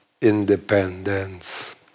independence